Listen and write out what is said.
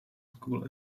school